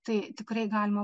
tai tikrai galima